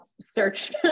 search